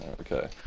Okay